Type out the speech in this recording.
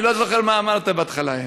אני לא זוכר מה אמרת בהתחלה: